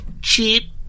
cheap